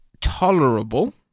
tolerable